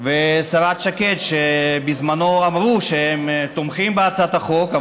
והשרה שקד, שבזמנו אמרו שהם תומכים בהצעת החוק.